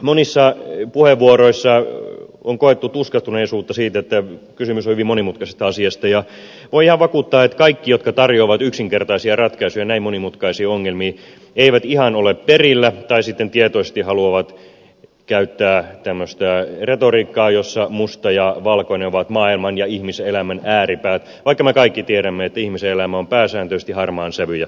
monissa puheenvuoroissa on koettu tuskastuneisuutta siitä että kysymys on hyvin monimutkaisesta asiasta ja voin ihan vakuuttaa että kaikki jotka tarjoavat yksinkertaisia ratkaisuja näin monimutkaisiin ongelmiin eivät ihan ole perillä tai sitten tietoisesti haluavat käyttää tämmöistä retoriikkaa jossa musta ja valkoinen ovat maailman ja ihmiselämän ääripäät vaikka me kaikki tiedämme että ihmisen elämä on pääsääntöisesti harmaan sävyjä täynnä